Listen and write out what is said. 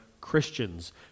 Christians